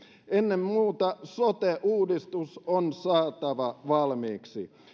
ennen muuta sote uudistus on saatava valmiiksi